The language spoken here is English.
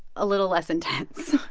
a little less intense